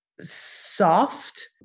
soft